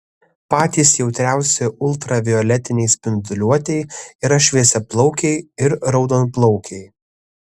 patys jautriausi ultravioletinei spinduliuotei yra šviesiaplaukiai ir raudonplaukiai